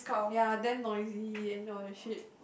ya then noisy and all that shit